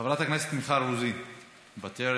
חברת הכנסת מיכל רוזין, מוותרת.